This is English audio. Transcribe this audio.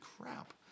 crap